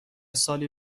سالی